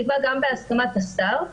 שיקבע גם בהסכמת השר,